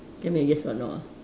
give me a yes or no ah